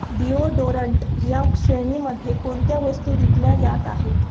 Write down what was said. deodorant या श्रेणीमध्ये कोणत्या वस्तू विकल्या जात आहेत